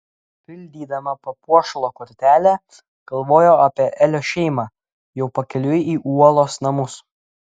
pildydama papuošalo kortelę galvojo apie elio šeimą jau pakeliui į uolos namus